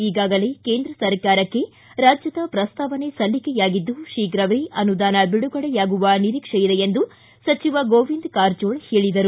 ಈಗಾಗಲೇ ಕೇಂದ್ರ ಸರ್ಕಾರಕ್ಕೆ ರಾಜ್ಯದ ಪ್ರಸ್ತಾವನೆ ಸಲ್ಲಿಕೆಯಾಗಿದ್ದು ಶೀಘವೇ ಅನುದಾನ ಬಿಡುಗಡೆಯಾಗುವ ನಿರೀಕ್ಷೆ ಇದೆ ಎಂದು ಸಚಿವ ಗೋವಿಂದ ಕಾರಜೋಳ ಹೇಳಿದರು